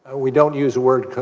we don't use word,